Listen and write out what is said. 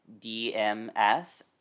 dms